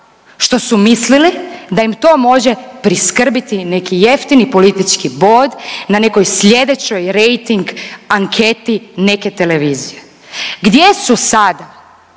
što su mislili da im to može priskrbiti neki jeftini politički bod na nekoj sljedećoj rejting anketi neke televizije. Gdje su sada